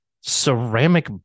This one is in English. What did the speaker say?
ceramic